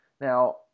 Now